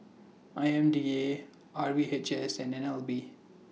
I M D A R V H S and N L B